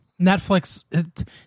Netflix